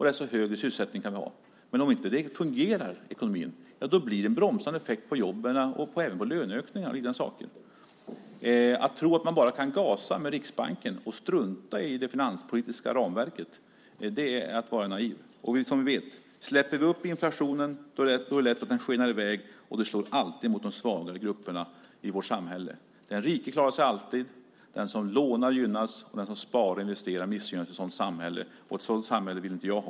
Men om ekonomin inte fungerar ger det en bromsande effekt på jobben och även på löneökningarna. Att tro att man bara kan gasa med hjälp av Riksbanken och strunta i det finanspolitiska ramverket är att vara naiv. Vi vet också att om vi låter inflationen gå upp kan den lätt skena i väg, vilket slår mot de svagare grupperna i vårt samhälle. Den rike klarar sig alltid. Den som lånar gynnas i ett sådant samhälle, medan den som sparar och investerar missgynnas. Ett sådant samhälle vill inte jag ha.